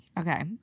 Okay